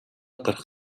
гарах